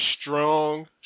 Strong